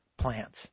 plants